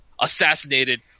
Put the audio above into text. assassinated